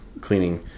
cleaning